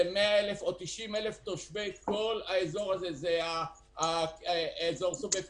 זה 100 אלף או 90 אלף תושבי כל האזור הזה סובב כינרת,